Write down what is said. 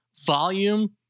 Volume